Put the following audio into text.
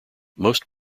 most